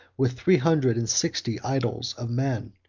with three hundred and sixty idols of men,